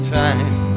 time